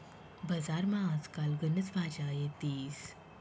बजारमा आज काल गनच भाज्या येतीस